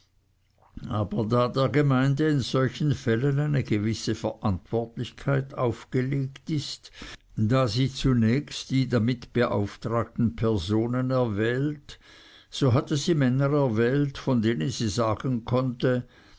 aber da der gemeinde in solchen fällen eine gewisse verantwortlichkeit aufgelegt ist da sie zunächst die damit beauftragten personen erwählt so hatte sie männer erwählt von denen sie sagen konnte